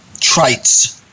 traits